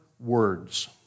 Words